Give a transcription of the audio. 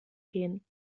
gehen